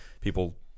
People